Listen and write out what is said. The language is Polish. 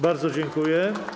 Bardzo dziękuję.